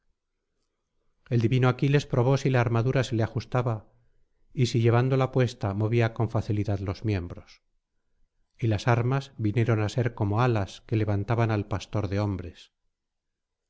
el divino aquiles probó si la armadura se le ajustaba y si llevándola puesta movía con facilidad los miembros y las armas vinieron á ser como alas que levantaban al pastor de hombres